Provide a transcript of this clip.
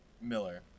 Miller